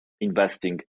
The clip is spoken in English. investing